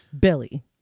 Billy